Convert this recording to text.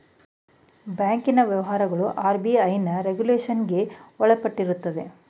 ಬ್ಯಾಂಕಿನ ವ್ಯವಹಾರಗಳು ಆರ್.ಬಿ.ಐನ ರೆಗುಲೇಷನ್ಗೆ ಒಳಪಟ್ಟಿರುತ್ತದೆ